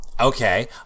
Okay